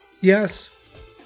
yes